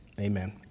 amen